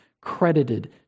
credited